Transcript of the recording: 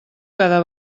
cada